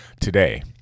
today